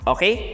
Okay